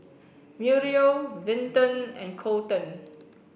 Muriel Vinton and Colten